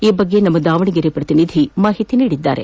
ಈ ಕುರಿತು ನಮ್ನ ದಾವಣಗೆರೆ ಪ್ರತಿನಿಧಿ ಮಾಹಿತಿ ನೀಡಿದ್ದಾರೆ